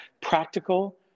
practical